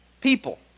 people